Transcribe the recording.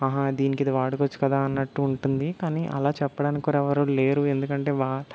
దీనికి ఇది వాడుకోవచ్చు కదా అన్నట్టు ఉంటుంది కానీ అలా చెప్పడానికి కూరా ఎవరూ లేరు ఎందుకంటే వాత్